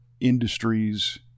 Industries